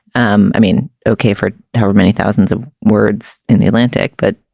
um i mean. okay. for how many thousands of words in the atlantic but.